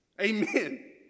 Amen